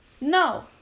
No